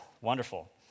wonderful